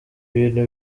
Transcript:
ibintu